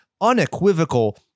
unequivocal